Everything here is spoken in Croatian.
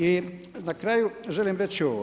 I na kraju, želim reći ovo.